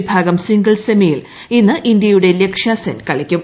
വിഭാഗം സിംഗിൾസ് സെമിയിൽ ഇന്ന് ഇന്ത്യയുടെ ലക്ഷ്യാസെൻ കളിക്കും